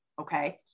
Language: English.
Okay